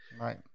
right